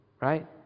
right